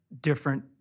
different